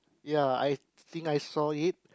ya I think I saw it